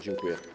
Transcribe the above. Dziękuję.